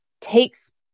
takes